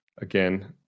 Again